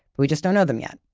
we just don't know them yet.